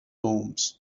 homes